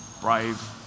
brave